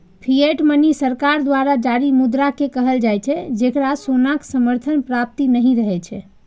fiat money सरकार द्वारा जारी मुद्रा कें कहल जाइ छै, जेकरा सोनाक समर्थन प्राप्त नहि रहै छै